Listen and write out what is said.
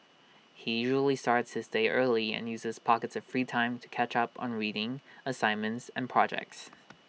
he usually starts his day early and uses pockets of free time to catch up on reading assignments and projects